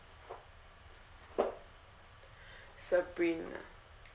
sabrina